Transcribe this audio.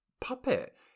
puppet